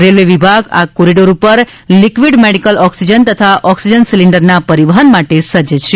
railway વિભાગ આ corridor પર લીકવીડ મેડીકલ ઓક્સિજન તથા ઓક્સિજન સીલીન્ડરના પરીવહન માટે સજ્જ છે